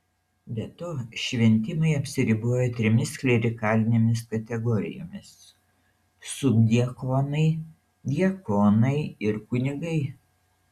be to šventimai apsiribojo trimis klerikalinėmis kategorijomis subdiakonai diakonai ir kunigai